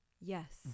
Yes